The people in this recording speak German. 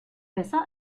besser